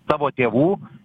savo tėvų